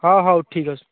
ହଉ ହଉ ଠିକ୍ ଅଛି